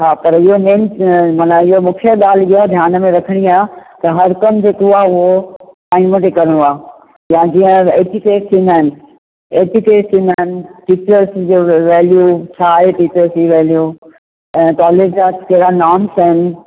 हां पर इहो नेम माना इहो मुख्य ॻाल्हि ध्यान में रखिणी आहे त हर कमु जेको आहे उहो टाईम ते करिणो आहे या जेके एटिकेट्स थींदा आहिनि एटिकेट्स थींदा आहिनि टीचर्स जो व वेल्यू छा आहे टीचर जी वैल्यू ऐं कॉलेज जा कहिड़ा नार्म्स आहिनि